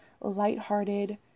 lighthearted